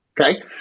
Okay